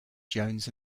jones